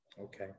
Okay